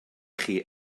chi